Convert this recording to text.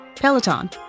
Peloton